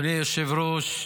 אדוני היושב-ראש,